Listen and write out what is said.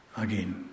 again